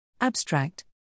Abstract